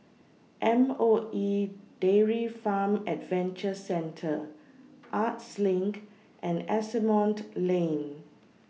M O E Dairy Farm Adventure Centre Arts LINK and Asimont Lane